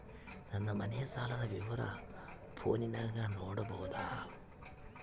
ನನ್ನ ಮನೆ ಸಾಲದ ವಿವರ ಫೋನಿನಾಗ ನೋಡಬೊದ?